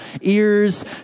ears